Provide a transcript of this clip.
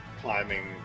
climbing